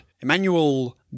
Emmanuel